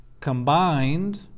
combined